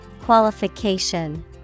qualification